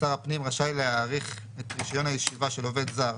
שר הפנים רשאי להאריך את רישיון הישיבה של עובד זר